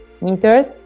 meters